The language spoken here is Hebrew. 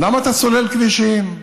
למה אתה סולל כבישים?